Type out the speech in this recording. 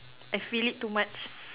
I fail it too much